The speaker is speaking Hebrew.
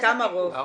כמה רוב?